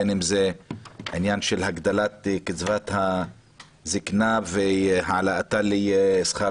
בין אם זה העניין של הגדלת קצבת הזקנה והעלתה לשכר